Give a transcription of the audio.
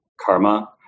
karma